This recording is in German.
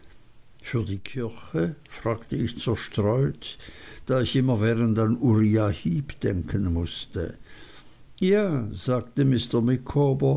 für die kirche fragte ich zerstreut da ich immerwährend an uriah heep denken mußte ja sagte